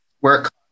work